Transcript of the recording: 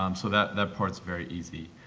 um so, that that part is very easy.